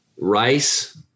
rice